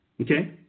okay